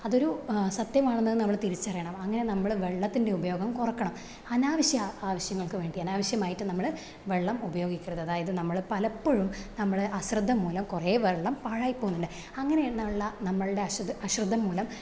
അതൊരു സത്യമാണെന്ന് നമ്മൾ തിരിച്ചറിയണം അങ്ങനെ നമ്മൾ വെള്ളത്തിന്റെ ഉപയോഗം കുറക്കണം അനാവശ്യ ആവശ്യങ്ങൾക്ക് വേണ്ടി അനാവശ്യമായിട്ട് നമ്മൾ വെള്ളം ഉപയോഗിക്കരുത് അതായത് നമ്മൾ പലപ്പോഴും നമ്മുടെ അശ്രദ്ധ മൂലം കുറെ വെള്ളം പാഴായിപ്പോകുന്നുണ്ട് അങ്ങനെയൊന്നുള്ള നമ്മളുടെ അശ്രദ്ധ മൂലം